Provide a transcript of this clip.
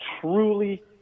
truly